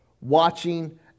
watching